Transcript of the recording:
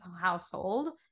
household